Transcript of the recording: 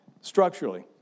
structurally